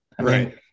Right